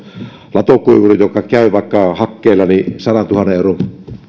latokuivuriin joka käy vaikka hakkeella sadantuhannen euron